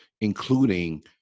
including